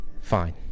fine